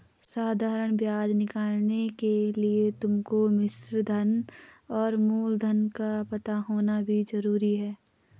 साधारण ब्याज निकालने के लिए तुमको मिश्रधन और मूलधन का पता होना भी जरूरी है